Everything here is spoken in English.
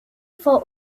fort